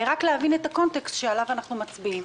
רק להבין את הקונטקסט של הצו שעליו אנחנו מצביעים.